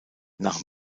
nach